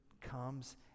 comes